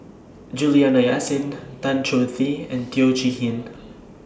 Juliana Yasin Tan Choh Tee and Teo Chee Hean